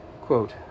Quote